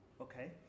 okay